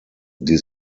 die